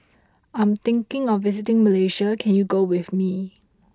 I am thinking of visiting Malaysia can you go with me